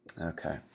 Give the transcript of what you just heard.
Okay